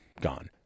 gone